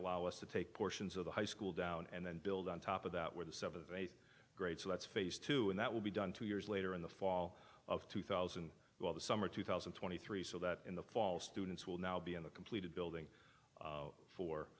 allow us to take portions of the high school down and then build on top of that where the seven of eighth grades let's face two and that will be done two years later in the fall of two thousand while the summer two thousand and twenty three so that in the fall students will now be in the completed building